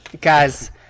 Guys